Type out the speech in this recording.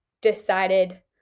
decided